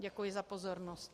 Děkuji za pozornost.